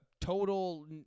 total